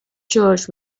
church